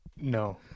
No